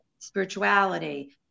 spirituality